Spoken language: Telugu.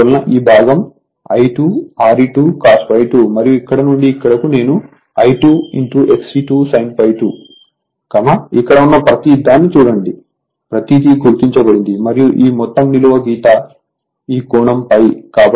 అందువలన ఈ భాగం I2Re2cos ∅2 మరియు ఇక్కడ నుండి ఇక్కడకు నేను I2 Xe2 sin∅2 ఇక్కడ ఉన్న ప్రతిదాన్ని చూడండి ప్రతీది గుర్తించబడింది మరియు ఈ మొత్తం నిలువు గీత ఈ కోణం ∅